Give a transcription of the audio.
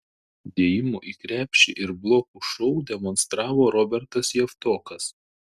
dėjimų į krepšį ir blokų šou demonstravo robertas javtokas